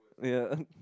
yeah